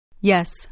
Yes